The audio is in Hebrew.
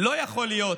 לא יכול להיות